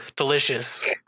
delicious